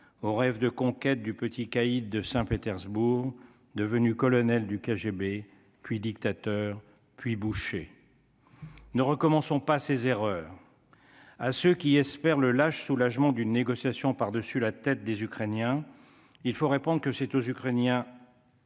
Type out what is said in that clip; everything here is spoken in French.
aux rêves de conquête du petit caïd de Saint-Petersbourg, devenu colonel du KGB cuit dictateur puis boucher ne recommençons pas ses erreurs à ceux qui espèrent le lâche soulagement d'une négociation par dessus la tête des Ukrainiens, il faut répondre que c'est aux Ukrainiens.